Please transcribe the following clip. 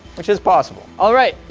which is possible! alright,